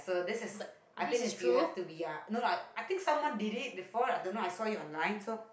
but this is true